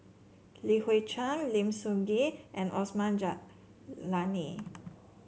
Li Hui Cheng Lim Sun Gee and Osman Zailani